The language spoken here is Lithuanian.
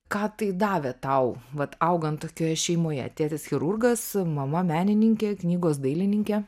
ką tai davė tau vat augant tokioj šeimoje tėtis chirurgas mama menininkė knygos dailininkė